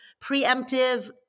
preemptive